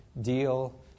deal